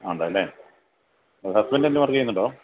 അതെ അല്ലെ ഹസ്ബൻഡ് എന്ത് വർക്ക് ചെയ്യുന്നുണ്ടോ